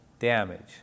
Damage